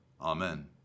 amen